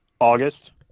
August